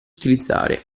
utilizzare